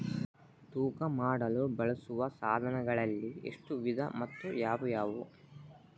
ತೂಕ ಮಾಡಲು ಬಳಸುವ ಸಾಧನಗಳಲ್ಲಿ ಎಷ್ಟು ವಿಧ ಮತ್ತು ಯಾವುವು?